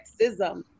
sexism